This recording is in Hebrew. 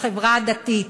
בחברה הדתית.